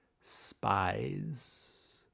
spies